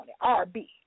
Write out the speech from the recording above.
R-B